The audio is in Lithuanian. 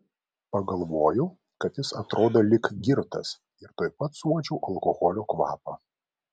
pagalvojau kad jis atrodo lyg girtas ir tuoj pat suuodžiau alkoholio kvapą